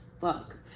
fuck